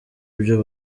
ibyo